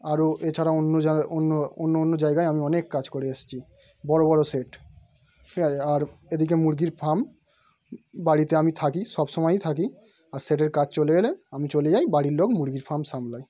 আরও এছাড়া অন্য জায়গা অন্য অন্য অন্য জায়গায় আমি অনেক কাজ করে এসেছি বড় বড় শেড ঠিক আছে আর এদিকে মুরগির ফার্ম বাড়িতে আমি থাকি সবসময়ই থাকি আর শেডের কাজ চলে এলে আমি চলে যাই বাড়ির লোক মুরগির ফার্ম সামলায়